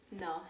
No